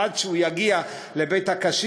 עד שהוא יגיע לבית-הקשיש,